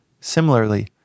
Similarly